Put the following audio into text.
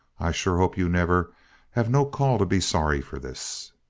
i sure hope you never have no call to be sorry for this.